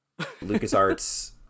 LucasArts